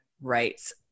rights